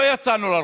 ולא יצאנו לרחובות.